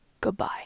Goodbye